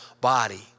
body